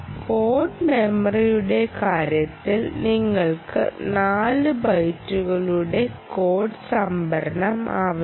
code മെമ്മറിയുടെ കാര്യത്തിൽ നിങ്ങൾക്ക് 4 ബൈറ്റുകളുടെ കോഡ് സംഭരണം ആവശ്യമാണ്